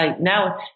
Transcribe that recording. now